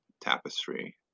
tapestry